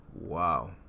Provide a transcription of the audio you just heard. Wow